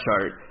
chart